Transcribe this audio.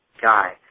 guy